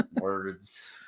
Words